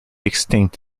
extinct